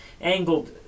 angled